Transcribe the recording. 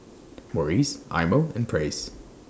Morries Eye Mo and Praise